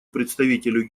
представителю